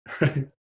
right